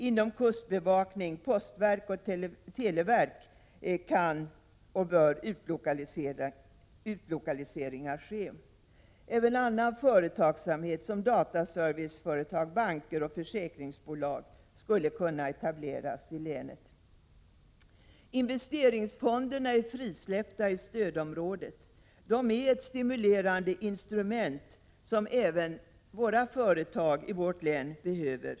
Inom kustbevakning, postverk och televerk kan och bör utlokaliseringar ske. Även annan företagsamhet som dataserviceföretag, banker och försäkringsbolag skulle kunna etableras i länet. Investeringsfonderna är frisläppta i stödområdet. De är ett stimulerande instrument som även företagen i Gävleborgs län behöver.